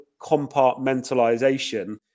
compartmentalization